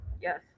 Yes